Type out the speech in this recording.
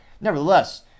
nevertheless